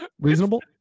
Reasonable